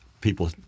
people